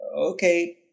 okay